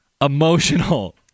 emotional